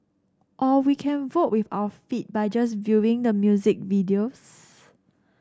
or we can vote with our feet by just viewing the music videos